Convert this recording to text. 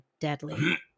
deadly